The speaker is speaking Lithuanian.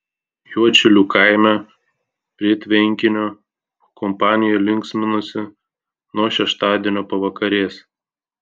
juodšilių kaime prie tvenkinio kompanija linksminosi nuo šeštadienio pavakarės